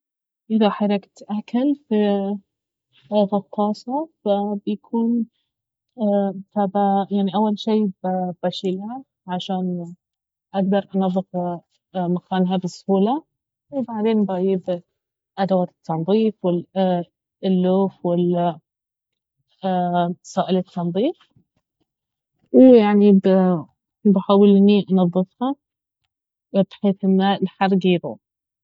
اذا حرقت اكل في الطاسة بيكون فيعني اول شي بشيلها عشان اقدر انظف مكانها بسهولة بعدين بييب أداة التنظيف واللوف وسائل التنظيف ويعني بحاول اني انظفها بحيث انه الحرق يروح